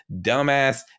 Dumbass